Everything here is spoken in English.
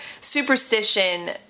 superstition